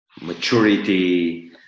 maturity